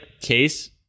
case